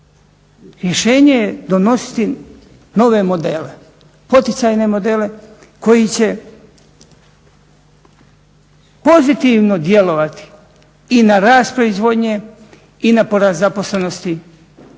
rješenje je donositi nove modele, poticajne modele koji će pozitivno djelovati i na rast proizvodnje i na porast zaposlenosti